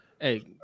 Hey